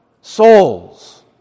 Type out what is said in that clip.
souls